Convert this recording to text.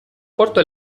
porto